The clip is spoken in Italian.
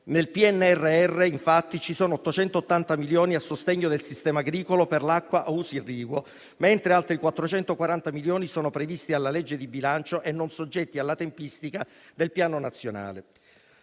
Nel PNRR, infatti, ci sono 880 milioni a sostegno del sistema agricolo per l'acqua a uso irriguo, mentre altri 440 milioni sono previsti dalla legge di bilancio e non soggetti alla tempistica del Piano.